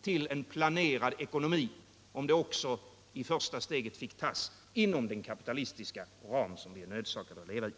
till en planerad ekonomi, om det också i första steget fick tas inom den kapitalistiska ram som vi är nödsakade att leva med.